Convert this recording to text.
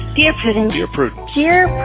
dear prudence, dear prudence here,